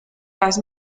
las